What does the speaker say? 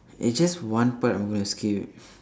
it's just one part I'm going to skip